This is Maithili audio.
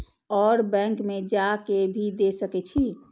और बैंक में जा के भी दे सके छी?